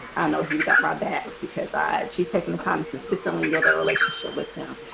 i know he's got my back because i she's taking the kind of consistently build their relationship with him.